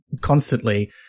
constantly